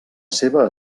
seva